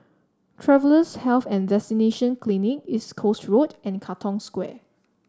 Travellers' Health and Vaccination Clinic East Coast Road and Katong Square